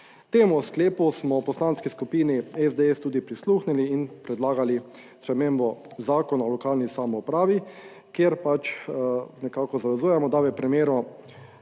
Temu sklepu smo v Poslanski skupini SDS tudi prisluhnili in predlagali spremembo Zakona o lokalni samoupravi. Kjer pač nekako zavezujemo, da v primeru